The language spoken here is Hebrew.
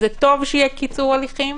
טוב שיהיה קיצור הליכים,